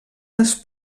les